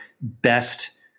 best